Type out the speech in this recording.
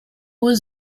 was